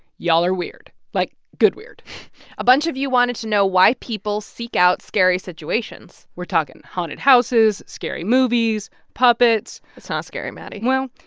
y'all are weird like, good weird a bunch of you wanted to know why people seek out scary situations we're talking haunted houses, scary movies, puppets that's not scary, maddie well,